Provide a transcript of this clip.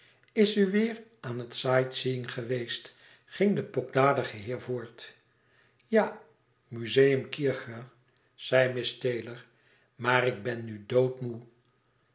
u weêr aan het sight seeing geweest ging de pokdalige heer voort ja museum kircher zeide miss taylor maar ik ben nu doodmoê